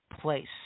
place